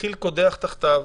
והתחיל קודח תחתיו.